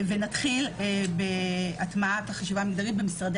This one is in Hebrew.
ונתחיל בהטמעת החשיבה המגדרית במשרדי